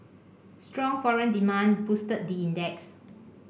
strong foreign demand boosted the index